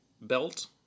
belt